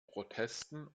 protesten